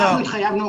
אנחנו התחייבנו